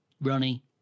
Ronnie